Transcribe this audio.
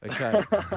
Okay